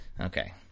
Okay